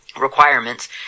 requirements